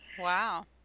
Wow